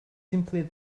simply